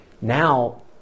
Now